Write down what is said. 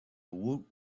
woot